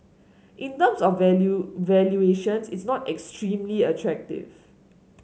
in terms of valuate valuations it's not extremely attractive